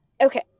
okay